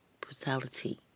brutality